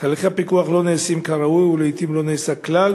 תהליכי הפיקוח לא נעשים כראוי ולעתים לא נעשים כלל,